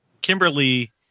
Kimberly